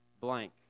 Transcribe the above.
blank